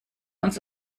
uns